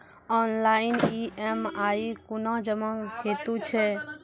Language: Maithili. ऑनलाइन ई.एम.आई कूना जमा हेतु छै?